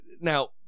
now